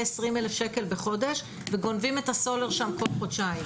20,000 שקל בחודש וגונבים את הסולר שם כל חודשיים.